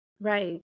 Right